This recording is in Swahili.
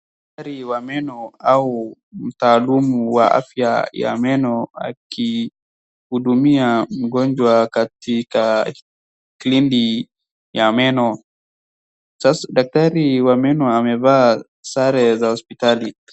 Daktari wa meno au mtaalumu wa afya ya meno akimhudumia mgonjwa katika kliniki ya meno. Daktari wa meno amevaa sare za hospitali.